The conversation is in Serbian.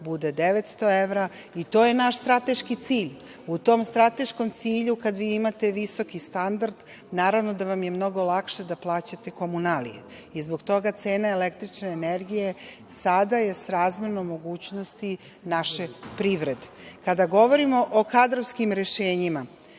bude 900 evra i to je naš strateški cilj. U tom strateškom cilju, kada imate visoki standard, naravno da vam je mnogo lakše da plaćate komunalije i zbog toga cene električne energije sada je srazmerno mogućnosti naše privrede. Kada govorimo o kadrovskim rešenjima,